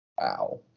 Wow